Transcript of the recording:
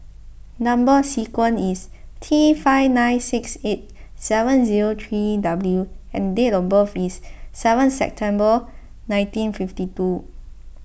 Number Sequence is T five nine six eight seven zero three W and date of birth is seven September nineteen fifty two